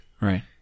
Right